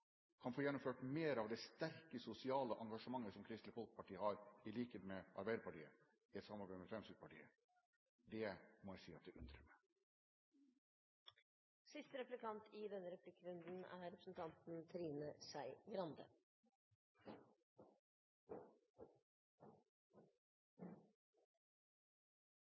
kan få gjennomført mer av det sterke sosiale engasjementet som Kristelig Folkeparti har, i likhet med Arbeiderpartiet, i et samarbeid med Fremskrittspartiet. Det må jeg si undrer meg. Det er aldri lett å vite hva man skal spørre denne